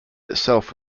itself